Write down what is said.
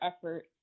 effort